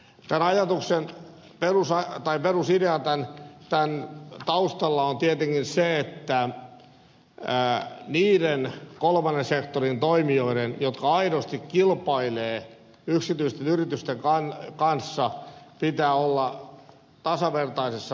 tämä ajatus on runsaat pari perusidea tämän taustalla on tietenkin se että niiden kolmannen sektorin toimijoiden jotka aidosti kilpailevat yksityisten yritysten kanssa pitää olla tasavertaisessa toimintatilanteessa